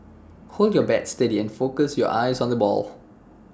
hold your bat steady and focus your eyes on the ball